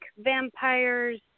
vampires